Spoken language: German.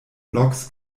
loks